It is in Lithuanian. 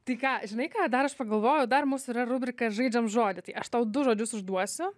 tai ką žinai ką dar aš pagalvojau dar mūsų yra rubrika žaidžiam žodį tai aš tau du žodžius užduosiu